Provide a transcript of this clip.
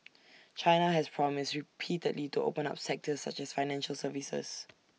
China has promised repeatedly to open up sectors such as financial services